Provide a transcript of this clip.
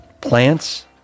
plants